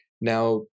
Now